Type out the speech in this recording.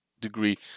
degree